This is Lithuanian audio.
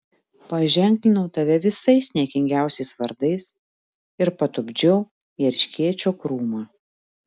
paženklinau tave visais niekingiausiais vardais ir patupdžiau į erškėčio krūmą